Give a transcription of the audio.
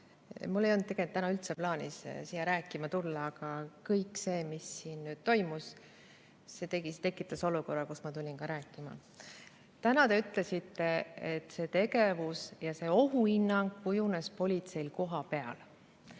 tegelikult täna üldse plaanis siia rääkima tulla, aga kõik see, mis siin nüüd toimus, tekitas sellise olukorra, et ma tulin rääkima. Täna te ütlesite, et see tegevus ja see ohuhinnang kujunes politseil kohapeal.